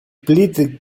pleaded